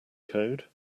code